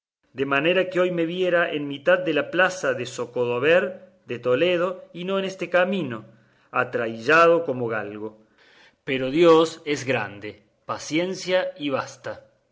de manera que hoy me viera en mitad de la plaza de zocodover de toledo y no en este camino atraillado como galgo pero dios es grande paciencia y basta